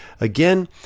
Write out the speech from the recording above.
Again